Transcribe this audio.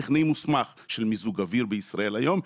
טכנאי מוסמך של מיזוג אוויר בישראל היום,